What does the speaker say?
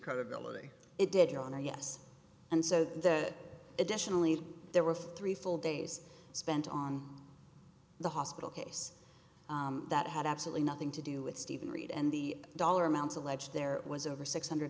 credibility it did your honor yes and so that additionally there were three full days spent on the hospital case that had absolutely nothing to do with steven reed and the dollar amounts alleged there was over six hundred